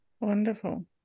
Wonderful